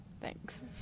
Thanks